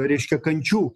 reiškia kančių